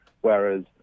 whereas